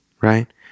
right